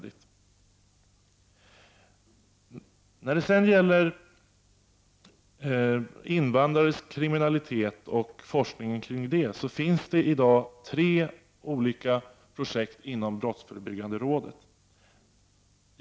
I fråga om invandrares kriminalitet och forskningen kring den finns i dag tre olika projekt inom BRÅ.